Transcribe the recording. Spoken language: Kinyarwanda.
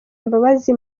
imbabazi